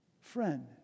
Friend